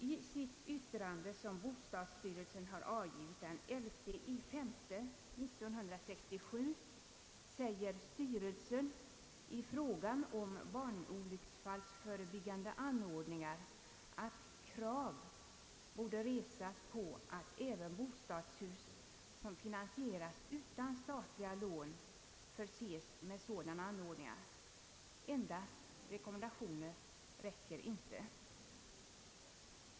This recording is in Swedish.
I bostadsstyrelsens yttrande, avgivet den 11 maj 1967, säger styrelsen beträffande barnolycksfallsförebyggande anordningar att krav borde resas på att även bostadshus som finansieras utan statliga lån förses med sådana anordningar. Enbart rekommendationer härom räcker inte.